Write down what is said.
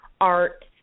art